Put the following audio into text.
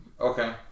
Okay